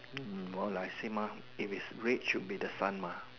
mm more like same mah if it's red should be the sun mah